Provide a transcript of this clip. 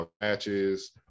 matches